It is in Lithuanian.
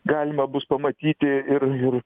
galima bus pamatyti ir ir